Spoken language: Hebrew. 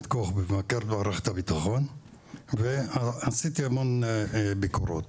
--- במערכת הביטחון ועשיתי המון ביקורות.